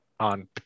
on